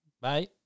Bye